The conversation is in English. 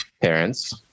parents